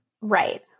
Right